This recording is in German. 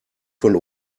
von